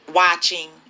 watching